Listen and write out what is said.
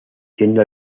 siendo